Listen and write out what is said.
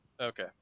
okay